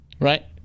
Right